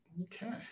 Okay